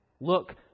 look